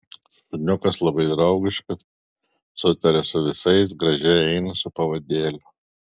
šuniukas labai draugiškas sutaria su visais gražiai eina su pavadėliu